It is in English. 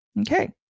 Okay